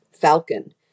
falcon